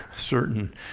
certain